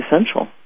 essential